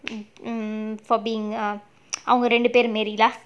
um for being err அவங்க ரெண்டு பேரும் மாதிரி:avanga rendu perum maadhiri